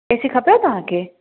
ए C खपेव तव्हांखे